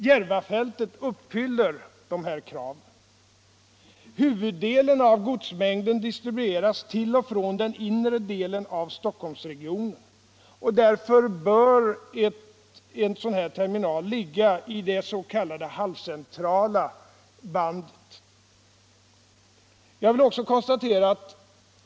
Järvafältet uppfyller dessa krav. Huvuddelen av godsmängden distribueras till och från den inre delen av Stockholmsregionen. Därför bör en sådan här terminal ligga i det s.k. halvcentrala bandet.